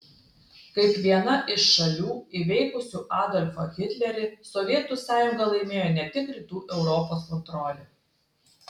kaip viena iš šalių įveikusių adolfą hitlerį sovietų sąjunga laimėjo ne tik rytų europos kontrolę